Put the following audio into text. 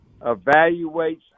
evaluates